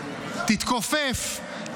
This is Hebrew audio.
תתכופף,